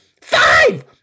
Five